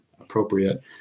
appropriate